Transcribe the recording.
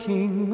King